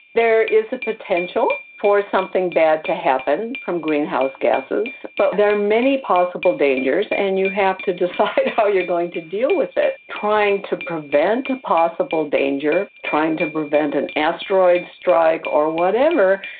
there is a potential for something bad to happen from greenhouse gases, but there are many possible dangers and you have to decide how you're going to deal with it. trying to prevent a possible danger, trying to prevent an asteroid strike or whatever,